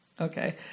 Okay